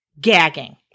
Gagging